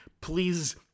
please